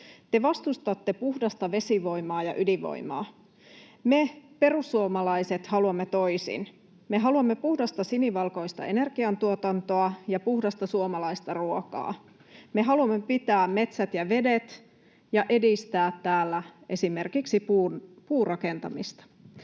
Te vastustatte puhdasta vesivoimaa ja ydinvoimaa. Me perussuomalaiset haluamme toisin. Me haluamme puhdasta sinivalkoista energiantuotantoa ja puhdasta suomalaista ruokaa. Me haluamme pitää metsät ja vedet ja edistää täällä esimerkiksi puurakentamista.